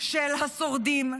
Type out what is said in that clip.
של השורדים,